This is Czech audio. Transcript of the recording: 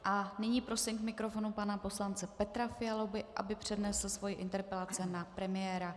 A nyní prosím k mikrofonu pana poslance Petra Fialu, aby přednesl svoji interpelaci na premiéra.